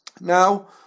now